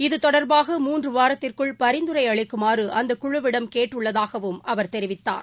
இது தொடர்பாக மூன்று வாரத்திற்குள் பரிந்துரை அளிக்குமாறு அந்தக் குழுவிடம் கேட்டுள்ளதாக அவர் தெரிவித்தார்